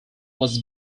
was